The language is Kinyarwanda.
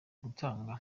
gutanga